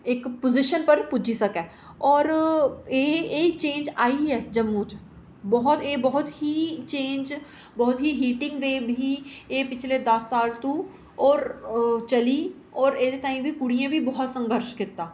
इक पोजिशन पर पुज्जी सकै होर एह् एह् चेंज आई ऐ जम्मू च बोह्त ही बोह्त चेंज बोह्त ही हिटिंग वेव ही एह् पिछले दस साल तू होर चली होर एह्दे ताईं कुड़ियें बी बोह्त संघर्श कीता